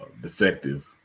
defective